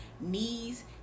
knees